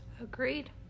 Agreed